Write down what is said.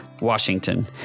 Washington